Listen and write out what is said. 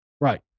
right